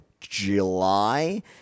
July